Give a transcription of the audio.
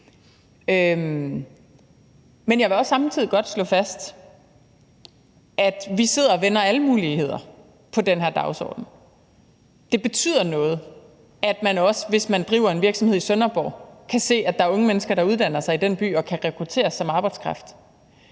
Jeg vil også samtidig godt slå fast, at vi sidder og vender alle muligheder på den her dagsorden. Det betyder noget, at man også, hvis man driver en virksomhed i Sønderborg, kan se, at der er unge mennesker, der uddanner sig i den by, og som kan rekrutteres som arbejdskraft.